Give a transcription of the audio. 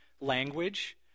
language